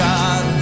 God